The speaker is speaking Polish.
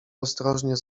ostrożnie